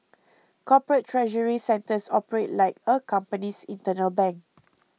corporate treasury centres operate like a company's internal bank